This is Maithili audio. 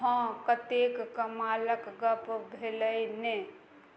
हँ कतेक कमालक गप भेलै ने